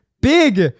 Big